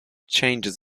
changes